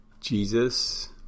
Jesus